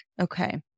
Okay